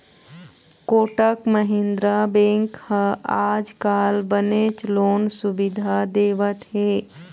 Kotak Mahindra bank ह आजकाल बनेच लोन सुबिधा देवत हे